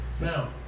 Now